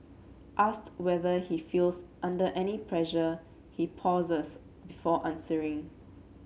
asked whether he feels under any pressure he pauses before answering